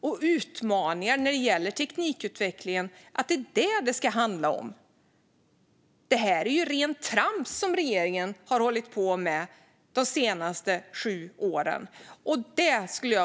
och teknikutvecklingens utmaningar. Det regeringen har hållit på med är rent trams.